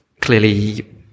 clearly